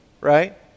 Right